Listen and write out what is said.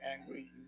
angry